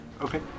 Okay